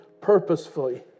purposefully